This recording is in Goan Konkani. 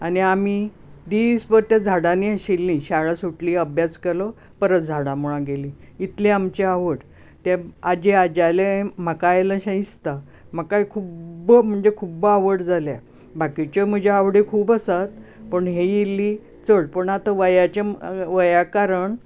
आनी आमी दिसभर त्या झाडांनी आशिल्ली शाळा सुटली अभ्यास केलो परत झाडां मुळांत गेलीं इतली आमची आवड हे आजी आज्याले म्हाका आयलां शें दिसता म्हाका खूब्ब म्हणजे खूब्ब आवड जाल्या बाकीच्यो म्हज्यो आवडी खूब आसा ही इल्ली चड पूण आता वयाच्या मुखार वया कारण